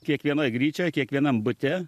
kiekvienoj gryčioj kiekvienam bute